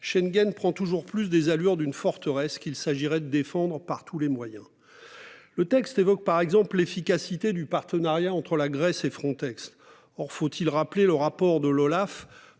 Schengen prend toujours plus des allures d'une forteresse qu'il s'agirait de défendre par tous les moyens. Le texte évoque par exemple l'efficacité du partenariat entre la Grèce et Frontex. Or, faut-il rappeler le rapport de l'Olaf